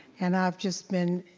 and i've just been